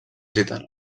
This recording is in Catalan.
gitanos